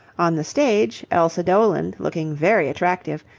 on the stage, elsa doland, looking very attractive,